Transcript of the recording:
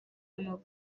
y’amavuko